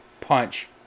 punch